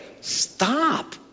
stop